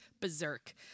berserk